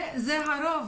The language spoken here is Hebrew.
זה הרוב.